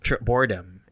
boredom